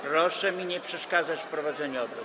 Proszę mi nie przeszkadzać w prowadzeniu obrad.